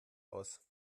aus